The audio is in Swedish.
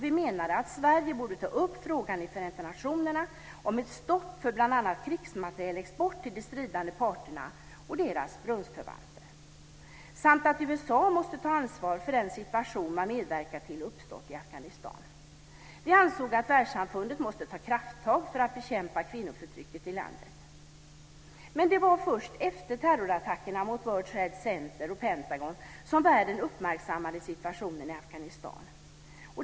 Vi menade att Sverige borde ta upp frågan i Förenta nationerna om ett stopp för bl.a. krigsmaterielexport till de stridande parterna och deras bundsförvanter samt att USA måste ta sitt ansvar för den situation som uppstått i Afghanistan och som man har medverkat till. Vi ansåg att världssamfundet måste ta krafttag för att bekämpa kvinnoförtrycket i landet. Men det var först efter terrorattackerna mot World Trade Center och Pentagon som världen uppmärksammade situationen i Afghanistan.